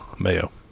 mayo